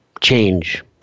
change